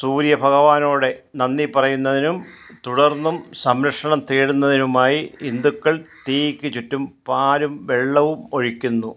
സൂര്യഭഗവാനോട് നന്ദി പറയുന്നതിനും തുടർന്നും സംരക്ഷണം തേടുന്നതിനുമായി ഹിന്ദുക്കൾ തീയ്ക്ക് ചുറ്റും പാലും വെള്ളവും ഒഴിക്കുന്നു